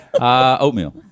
oatmeal